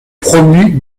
promue